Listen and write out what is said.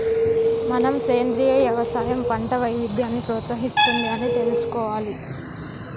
మనం సెంద్రీయ యవసాయం పంట వైవిధ్యాన్ని ప్రోత్సహిస్తుంది అని తెలుసుకోవాలి